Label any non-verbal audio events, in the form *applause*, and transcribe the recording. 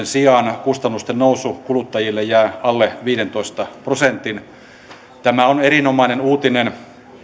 *unintelligible* sijaan kustannusten nousu kuluttajille jää alle viidentoista prosentin tämä on erinomainen uutinen